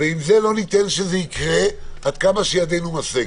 ולא ניתן שזה יקרה, עד כמה שידנו משגת.